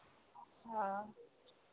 हँ